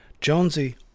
Jonesy